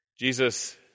Jesus